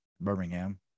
Birmingham